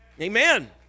amen